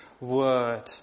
word